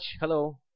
Hello